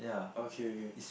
okay K